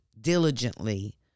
diligently